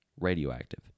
radioactive